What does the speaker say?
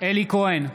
אלי כהן,